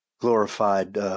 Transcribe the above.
glorified